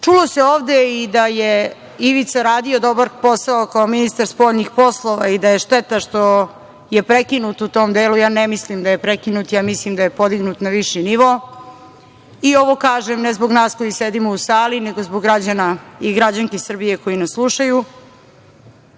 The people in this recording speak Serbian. se ovde i da je Ivica radio dobar posao kao ministar spoljnih poslova i da je šteta što je prekinut u tom delu. Ja ne mislim da je prekinut, ja mislim da je podignut na viši nivo. Ovo kažem, ne zbog nas koji sedimo u sali, nego zbog građana i građanki Srbije koji me slušaju,